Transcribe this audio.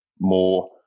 more